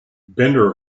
bender